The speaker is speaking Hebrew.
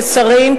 כשרים,